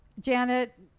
Janet